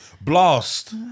Blast